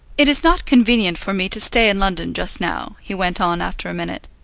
it is not convenient for me to stay in london just now, he went on after a minute,